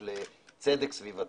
של צדק סביבתי.